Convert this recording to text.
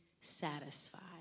satisfied